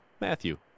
matthew